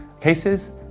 cases